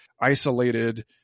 isolated